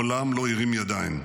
ומעולם לא הרים ידיים.